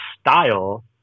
style